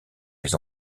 les